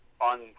on